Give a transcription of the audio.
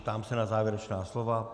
Ptám se na závěrečná slova.